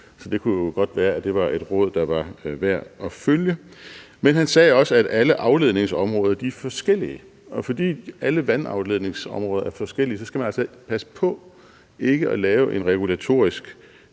det kunne jo godt være, at det var et råd, der var værd at følge. Men han sagde også, at alle vandafledningsområder er forskellige, og fordi alle vandafledningsområder er forskellige, skal man altså passe på ikke at lave en regulatorisk